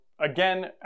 Again